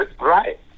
Right